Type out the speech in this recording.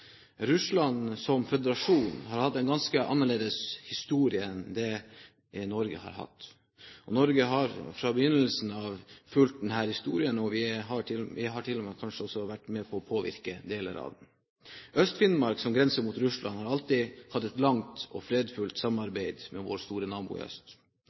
Russland som føderasjon har hatt en ganske annerledes historie enn det Norge har hatt. Norge har fra «begynnelsen av» fulgt denne historien og har til og med kanskje vært med på å påvirke deler av den. Øst-Finnmark, som grenser mot Russland, har alltid hatt et langt og fredfullt samarbeid med vår store nabo i øst.